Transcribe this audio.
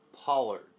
Pollard